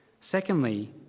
Secondly